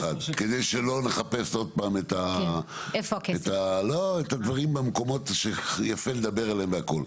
כדי שלא נחפש עוד פעם את הדברים במקומות שיפה להם והכל.